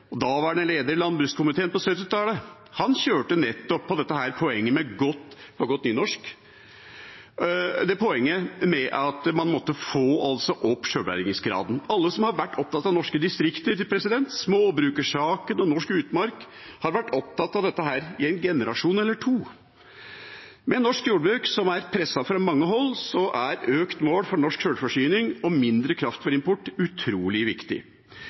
SV-leder og leder i landbrukskomiteen på 1970-tallet. Han kjørte nettopp på det poenget – og med godt nynorsk – at man måtte få opp sjølbergingsgraden. Alle som har vært opptatt av norske distrikter, småbrukersaken og norsk utmark, har vært opptatt av dette i en generasjon eller to. For norsk jordbruk, som er presset fra mange hold, er økte mål for norsk sjølforsyning og mindre kraftfôrimport utrolig viktig.